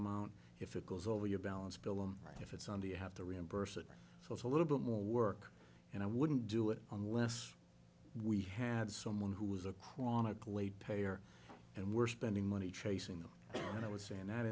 amount if it goes over your balance bill and if it's on the you have to reimburse it so it's a little bit more work and i wouldn't do it unless we had someone who was a chronic late payer and we're spending money tracing them and i was saying that